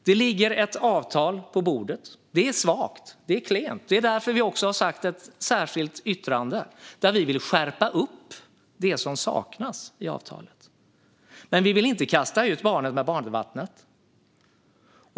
Det ligger ett avtal på bordet. Det är svagt, det är klent. Det är därför som vi har ett särskilt yttrande där vi vill skärpa och ta med det som saknas i avtalet. Men vi vill inte kasta ut barnet med badvattnet.